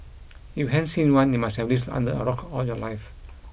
if you haven't seen one you must have lived under a rock all your life